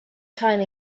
time